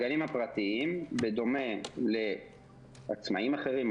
הגנים הפרטיים בדומה לעצמאים אחרים,